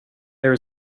there